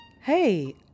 Hey